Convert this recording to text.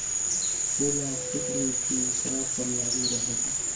कुल आर्थिक नीति एकरा पर लागू रहेला